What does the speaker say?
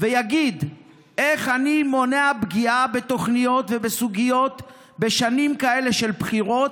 ויגיד איך הוא מונע פגיעה בתוכניות ובסוגיות בשנים כאלה של בחירות,